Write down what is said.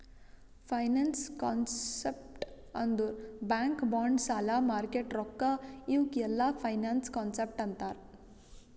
finance concept ಅಂದುರ್ bank bonds ಸಾಲ market ರೊಕ್ಕಾ ಇವುಕ್ ಎಲ್ಲಾ ಫೈನಾನ್ಸ್ ಕಾನ್ಸೆಪ್ಟ್ ಅಂತಾರ್